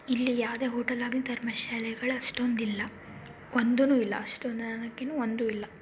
ಇಲ್ಲಿ ಯಾವುದೇ ಹೋಟೆಲ್ ಆಗಲಿ ಧರ್ಮಶಾಲೆಗಳು ಅಷ್ಟೊಂದು ಇಲ್ಲ ಒಂದೂ ಇಲ್ಲ ಅಷ್ಟೊಂದು ಅನ್ನೋಕ್ಕಿನ್ನ ಒಂದೂ ಇಲ್ಲ